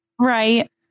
Right